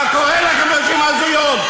מה קורה לכן, נשים הזויות?